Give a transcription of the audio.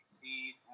see